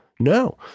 No